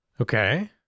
Okay